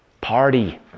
Party